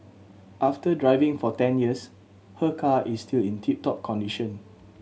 after driving for ten years her car is still in tip top condition